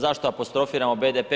Zašto apostrofiramo BDP?